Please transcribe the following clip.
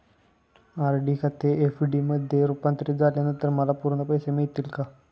RD खाते FD मध्ये रुपांतरित झाल्यानंतर मला पूर्ण पैसे मिळतील का?